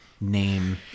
name